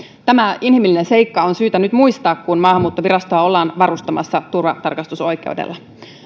tämä inhimillinen seikka on syytä nyt muistaa kun maahanmuuttovirastoa ollaan varustamassa turvatarkastusoikeudella